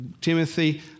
Timothy